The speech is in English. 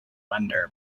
under